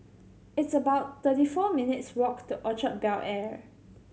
it's about thirty four minutes' walk to Orchard Bel Air